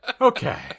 Okay